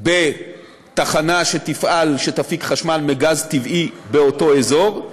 בתחנה שתפעל ותפיק חשמל מגז טבעי באותו אזור,